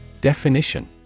Definition